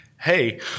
Hey